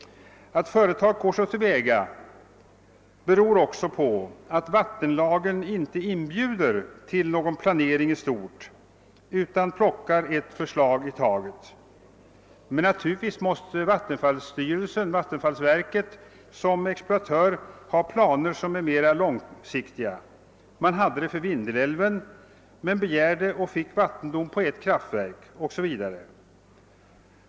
Att företaget går till väga på det sättet beror också på att vattenlagen inte inbjuder till någon planering i stort utan plockar ett förslag i taget. Men naturligtvis måste vattenfallsverket som exploatör ha mera långsiktiga planer. Sådana fanns när det gällde Vindelälven, men man begärde och fick vattendom på ett kraftverk osv.